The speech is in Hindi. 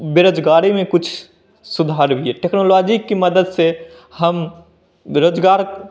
बेरोज़गारी में कुछ सुधार भी है टेक्नोलॉजी की मदद से हम बेरोज़गार